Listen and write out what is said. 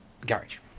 garage